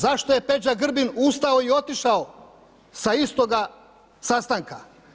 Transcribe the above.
Zašto je Peđa Grbin ustao i otišao sa istoga sastanka?